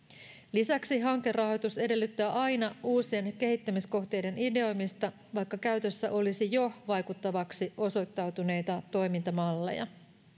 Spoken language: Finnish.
lisäksi hankerahoitus edellyttää aina uusien kehittämiskohteiden ideoimista vaikka käytössä olisi jo vaikuttavaksi osoittautuneita toimintamalleja